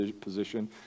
position